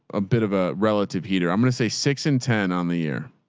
a bit of a relative heater. i'm going to say six and ten on the year.